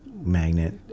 magnet